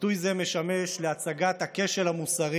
ביטוי זה משמש להצגת הכשל המוסרי